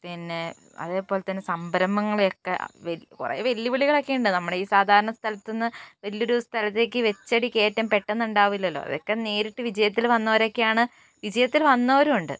പിന്നെ അതേപോലെത്തന്നെ സംരംഭങ്ങളെയൊക്കെ കുറേ വെല്ലുവിളികളൊക്കെ ഉണ്ട് നമ്മൾ ഈ സാധാരണ സ്ഥലത്തു നിന്ന് വലിയൊരു സ്ഥലത്തേയ്ക്ക് വച്ചടി കയറ്റം പെട്ടന്നുണ്ടാവില്ലല്ലോ അതൊക്കെ നേരിട്ട് വിജയത്തിൽ വന്നവരൊക്കെയാണ് വിജയത്തിൽ വന്നവരും ഉണ്ട്